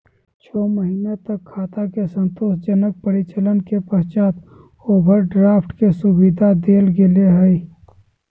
छो महीना तक खाता के संतोषजनक परिचालन के पश्चात ओवरड्राफ्ट के सुविधा देल गेलय हइ